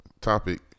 topic